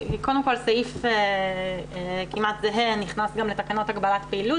סעיף כמעט זהה נכנס גם לתקנות הגבלת פעילות